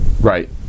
right